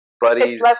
buddies